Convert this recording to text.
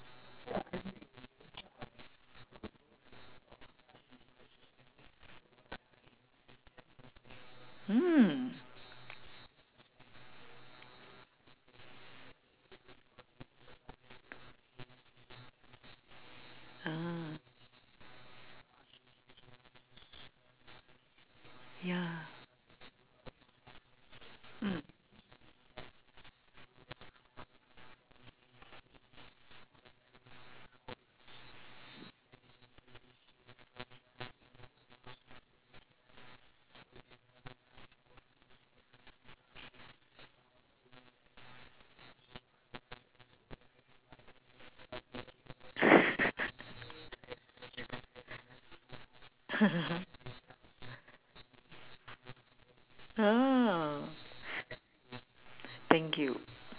thank you